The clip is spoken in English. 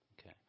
Okay